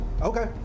Okay